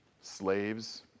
slaves